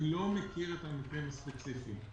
אני לא מכיר את המקרים הספציפיים.